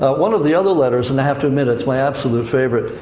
ah one of the other letters, and have to admit it's my absolute favorite,